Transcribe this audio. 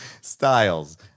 styles